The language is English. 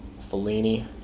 Fellini